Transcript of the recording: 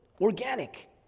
organic